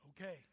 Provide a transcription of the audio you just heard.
Okay